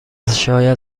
شاید